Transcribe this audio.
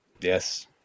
Yes